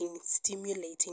stimulating